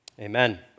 Amen